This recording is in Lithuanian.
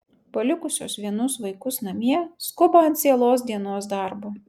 palikusios vienus vaikus namie skuba ant cielos dienos darbo